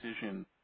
decision